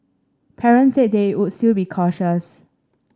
parents said they were still be cautious